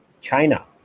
China